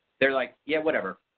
they were like yeah whatever.